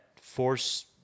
force